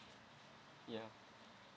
ya